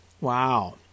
Wow